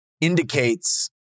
indicates